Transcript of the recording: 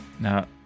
Now